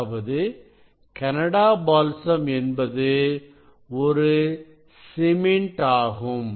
அதாவது Canada balsam என்பது ஒரு ஒரு சிமெண்ட் ஆகும்